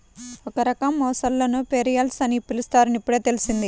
ఒక రకం మొసళ్ళను ఘరియల్స్ అని పిలుస్తారని ఇప్పుడే తెల్సింది